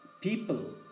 people